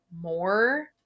more